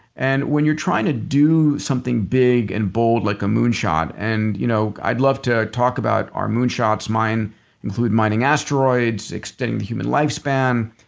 and when you're trying to do something big and bold like a moonshot and you know i'd love to talk about our moonshot include include mining asteroids, extending the human lifespan,